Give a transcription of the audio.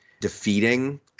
defeating